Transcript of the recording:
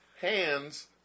Hands